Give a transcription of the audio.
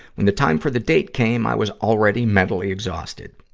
when the time for the date came, i was already mentally exhausted.